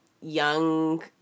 young